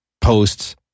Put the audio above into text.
posts